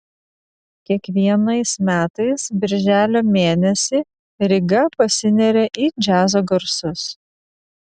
kiekvienais metais birželio mėnesį ryga pasineria į džiazo garsus